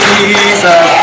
Jesus